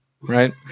right